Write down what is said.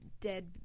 dead